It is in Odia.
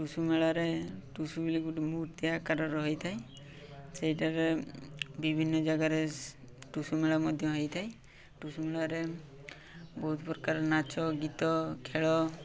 ଟୁସୁ ମେଳାରେ ଟୁସୁଲି ଗୋଟେ ମୂର୍ତ୍ତି ଆକାରର ହୋଇଥାଏ ସେଇଟାରେ ବିଭିନ୍ନ ଜାଗାରେ ଟୁସୁ ମେଳା ମଧ୍ୟ ହେଇଥାଏ ଟୁସୁ ମେଳାରେ ବହୁତ ପ୍ରକାର ନାଚ ଗୀତ ଖେଳ